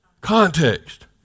Context